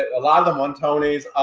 a lot of them won tony's.